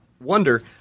wonder